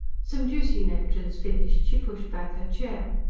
some juicy nectarines finished, she pushed back her chair.